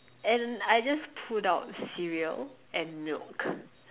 and I just pulled out cereal and milk